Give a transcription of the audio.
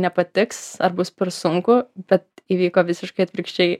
nepatiks ar bus per sunku bet įvyko visiškai atvirkščiai